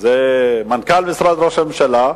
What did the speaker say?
זה מנכ"ל משרד ראש הממשלה.